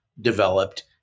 developed